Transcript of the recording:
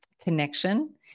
connection